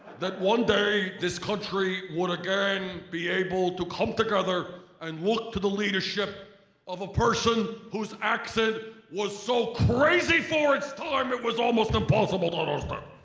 that one day this country would again be able to come together and look to the leadership of a person whose accent was so crazy for its time it was almost impossible to understand. um